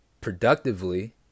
productively